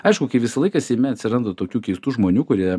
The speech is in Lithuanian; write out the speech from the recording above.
aišku visą laiką seime atsiranda tokių keistų žmonių kurie